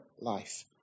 life